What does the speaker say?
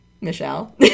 Michelle